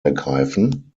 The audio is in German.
ergreifen